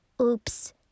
Oops